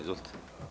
Izvolite.